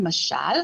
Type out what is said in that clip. למשל,